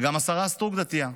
וגם השרה סטרוק דתייה.